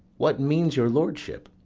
what means your lordship?